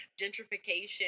gentrification